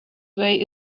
way